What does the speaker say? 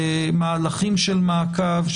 למהלכים של מעקב,